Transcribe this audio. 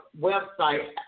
website